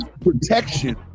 protection